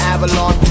Avalon